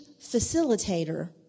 facilitator